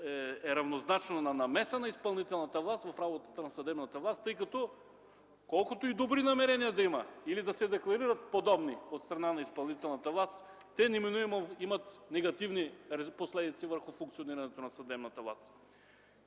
е равнозначно на намеса на изпълнителната власт в работата на съдебната власт, тъй като, колкото и добри намерения да има или да се декларират подобни от страна на изпълнителната власт, те неминуемо имат негативни последици върху функционирането на съдебната власт.